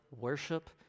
worship